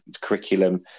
curriculum